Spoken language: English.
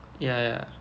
ya ya